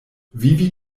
vivi